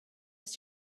was